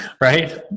right